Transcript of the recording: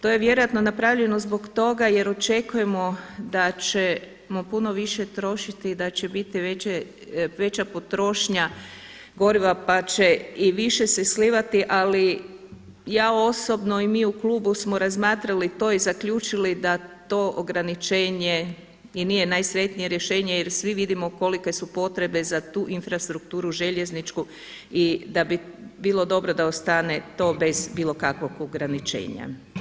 To je vjerojatno napravljeno zbog toga jer očekujemo da ćemo puno više trošiti i da će biti veća potrošnja goriva pa će i više se slivati, ali ja osobno i mi u klubu smo razmatrali to i zaključili da to ograničenje i nije najsretnije rješenje jer svi vidimo kolike su potrebe za tu infrastrukturu željezničku i da bi bilo dobro da ostane to bez bilo kakvog ograničenja.